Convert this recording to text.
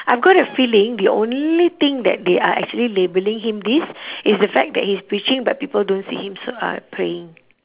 I've got a feeling the only thing that they are actually labelling him this is the fact that he's preaching but people don't see him s~ uh praying